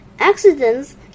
Accidents